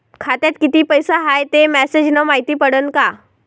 खात्यात किती पैसा हाय ते मेसेज न मायती पडन का?